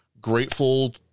grateful